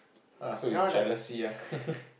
ah so it's jealousy ah